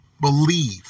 believe